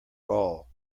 gall